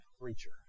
creature